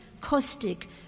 caustic